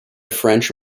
french